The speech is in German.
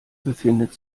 befindet